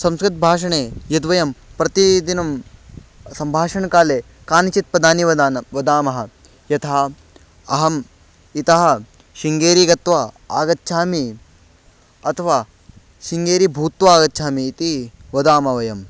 संस्कृतभाषणे यद्वयं प्रतिदिनं सम्भाषणकाले कानिचित् पदानि वदान वदामः यथा अहम् इतः शृङ्गेरीं गत्वा आगच्छामि अथवा शृङ्गेरीं भूत्वा आगच्छामि इति वदामः वयम्